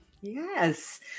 Yes